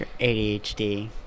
ADHD